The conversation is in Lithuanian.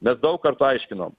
mes daug kartų aiškinom